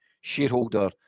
shareholder